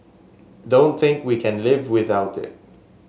don't think we can live without it